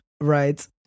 right